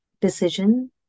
decision